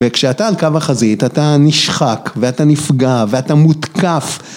וכשאתה על קו החזית אתה נשחק ואתה נפגע ואתה מותקף